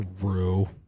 True